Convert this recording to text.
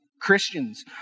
Christians